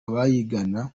bayingana